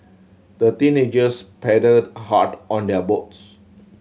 the teenagers paddled hard on their boats